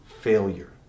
failure